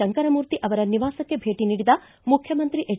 ಶಂಕರಮೂರ್ತಿ ಅವರ ನಿವಾಸಕ್ಕೆ ಭೇಟಿ ನೀಡಿದ ಮುಖ್ಚಮಂತ್ರಿ ಎಚ್